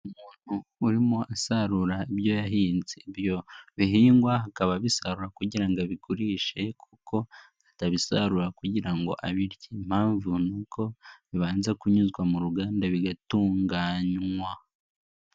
Umuntu urimo asarura ibyo yahinze, ibyo bihingwa akaba abisarura kugira ngo abigurishe kuko atabisarura kugira ngo abirye, impamvu ni uko bibanza kunyuzwa mu ruganda bigatunganywa.